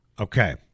Okay